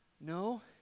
No